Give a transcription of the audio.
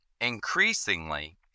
increasingly